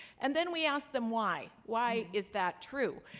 and then we asked them why. why is that true?